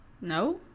No